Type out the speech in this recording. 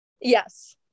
Yes